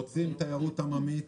רוצים תיירות עממית,